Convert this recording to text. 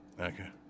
Okay